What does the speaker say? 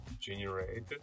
generated